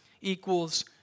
equals